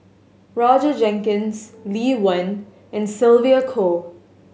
Roger Jenkins Lee Wen and Sylvia Kho